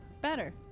Better